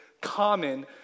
common